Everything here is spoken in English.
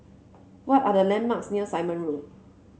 what are the landmarks near Simon Road